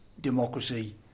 democracy